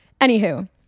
Anywho